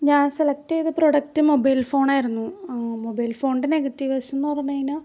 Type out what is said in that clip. ഞാൻ സെലക്ദ് ചെയ്ത product mobile ഫോണായിരുന്നു മൊബൈൽ ഫോണിൻ്റെ നെഗറ്റീവ് വശം പറഞ്ഞ് കഴിഞ്ഞാൽ